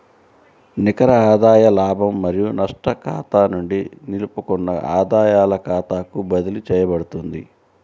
నికర ఆదాయ లాభం మరియు నష్టం ఖాతా నుండి నిలుపుకున్న ఆదాయాల ఖాతాకు బదిలీ చేయబడుతుంది